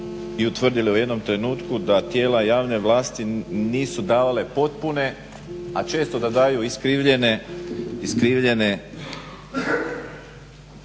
i utvrdili u jednom trenutku da tijela javne vlasti nisu davale potpune, a često da daju iskrivljene